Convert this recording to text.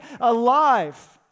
alive